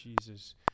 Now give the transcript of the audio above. Jesus